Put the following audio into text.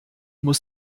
muss